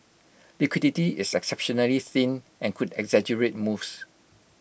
liquidity is exceptionally thin and could exaggerate moves